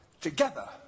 together